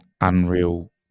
unreal